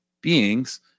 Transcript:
beings